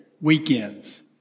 weekends